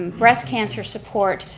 um breast cancer support,